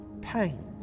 pain